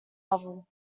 level